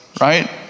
right